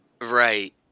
Right